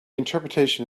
interpretation